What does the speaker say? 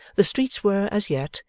the streets were, as yet,